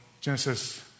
Genesis